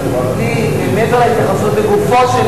מעבר להתייחסות לגופו של